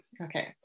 okay